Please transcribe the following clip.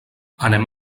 anem